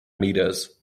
meters